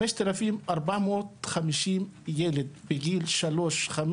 5,450 ילדים בגיל 3-5,